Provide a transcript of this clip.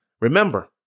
remember